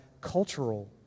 cultural